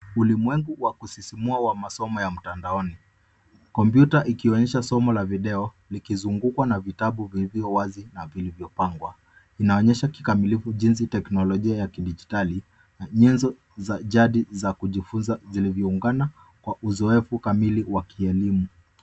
Ulimwengu wa kusisimua wa masomo ya mtandaoni. Kompyuta inaonyesha somo la video, sambamba na vitabu vilivyo wazi na vilivyopangwa kwa mpangilio mzuri. Hii inaonyesha kwa ukamilifu mchanganyiko wa teknolojia ya kidijitali na njia za jadi za kujifunzia, zikijumuishwa ili kutoa uzoefu kamili wa kielimu